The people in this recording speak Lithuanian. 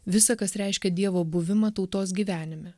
visą kas reiškė dievo buvimą tautos gyvenime